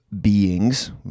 beings